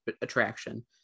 attraction